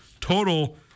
total